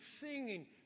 singing